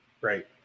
Right